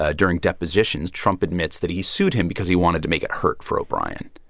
ah during depositions, trump admits that he sued him because he wanted to make it hurt for o'brien.